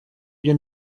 byo